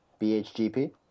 bhgp